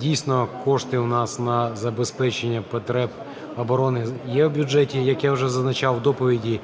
Дійсно, кошти в нас на забезпечення потреб оборони є в бюджеті. Як я вже зазначав в доповіді,